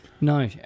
No